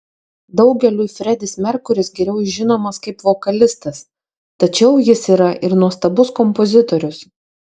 daugeliui fredis merkuris geriau žinomas kaip vokalistas tačiau jis yra ir nuostabus kompozitorius